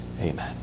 amen